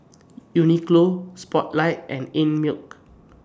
Uniqlo Spotlight and Einmilk